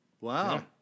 Wow